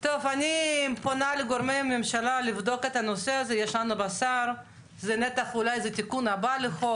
שלא יהיה כתוב רשאי ולא יהיה כתוב חייב ולא יהיה כתוב שום דבר,